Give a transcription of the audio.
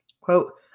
Quote